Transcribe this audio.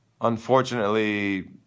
unfortunately